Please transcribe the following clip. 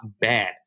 bad